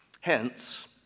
Hence